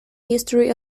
history